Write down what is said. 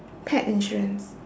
pet insurance